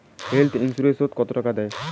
Health insurance ওত কত টাকা দেয়?